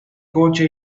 coche